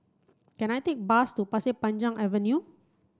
can I take a bus to Pasir Panjang Avenue